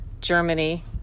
Germany